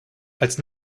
als